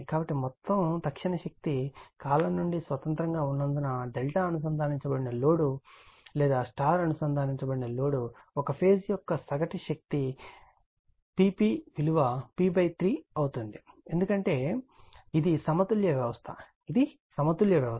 కాబట్టి మొత్తం తక్షణ శక్తి కాలం నుండి స్వతంత్రంగా ఉన్నందున Δ అనుసందానించబడిన లోడ్ లేదా Y అనుసందానించబడిన లోడ్ ఒక ఫేజ్ యొక్క సగటు శక్తి Pp విలువ p 3 అవుతుంది ఎందుకంటే ఇది సమతుల్య వ్యవస్థ ఇది సమతుల్య వ్యవస్థ